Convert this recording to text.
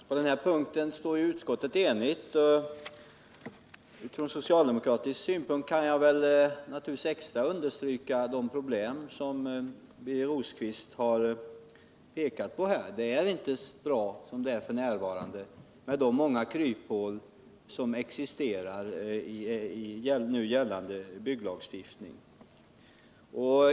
Herr talman! På den här punkten är utskottet enigt. Från socialdemokratisk synpunkt kan jag naturligtvis extra understryka de problem som Birger Rosqvist har pekat på. Det är inte bra som det är f. n. med de många kryphål som finns i nu gällande bygglagstiftning.